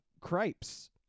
Cripes